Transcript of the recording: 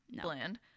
bland